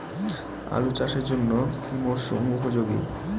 আলু চাষের জন্য কি মরসুম উপযোগী?